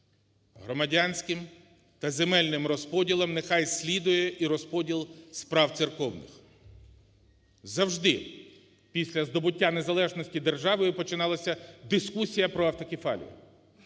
громадянським та земельним розподілам нехай слідує і розподіл справ церковних. Завжди після здобуття незалежності держави починалася дискусія про автокефалію.